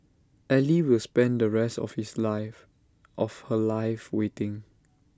ally will spend the rest of his life of her life waiting